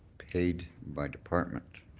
paid by department.